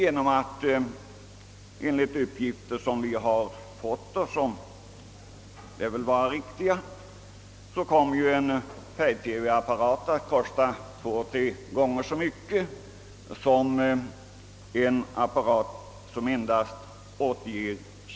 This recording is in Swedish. Enligt uppgifter, som väl torde vara riktiga, kommer en färg-TV-apparat att kosta två å tre gånger mer än en apparat för svartvitt.